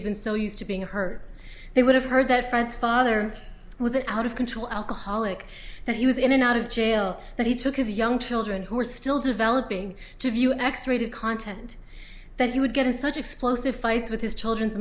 had been so used to being hurt they would have heard that friend's father or was it out of control alcoholic that he was in and out of jail that he took his young children who were still developing to view an x rated content that he would get in such explosive fights with his children's